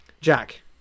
Jack